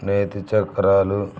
నేతి చక్రాలు